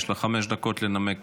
יש לך חמש דקות לנמק